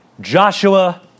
Joshua